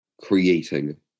creating